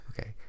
Okay